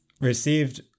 received